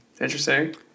Interesting